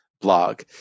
blog